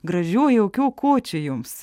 gražių jaukių kūčių jums